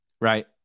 right